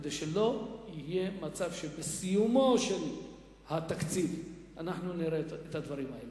כדי שלא יהיה מצב שבסיומו של התקציב אנחנו נראה את הדברים האלה.